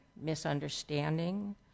misunderstanding